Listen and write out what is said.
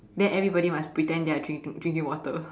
then everybody must pretend they are drink drinking water